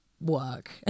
work